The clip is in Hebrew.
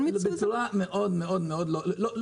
בצורה מאד לא מיטבית.